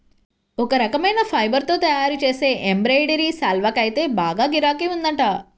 ఒక రకమైన ఫైబర్ తో తయ్యారుజేసే ఎంబ్రాయిడరీ శాల్వాకైతే బాగా గిరాకీ ఉందంట